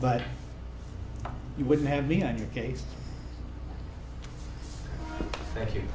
but you wouldn't have me on your case thank you